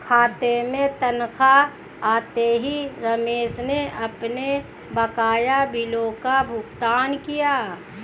खाते में तनख्वाह आते ही रमेश ने अपने बकाया बिलों का भुगतान किया